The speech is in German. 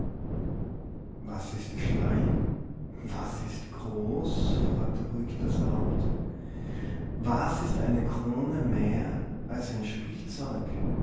was ist klein was ist groß fragte ruhig das haupt was ist eine krone mehr als ein spielzeug